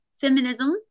feminism